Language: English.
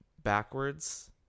backwards